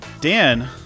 Dan